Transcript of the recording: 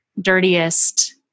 dirtiest